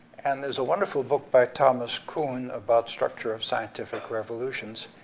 and there's a wonderful book by thomas kuhn about structure of scientific revolutions,